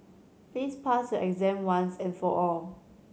please pass your exam once and for all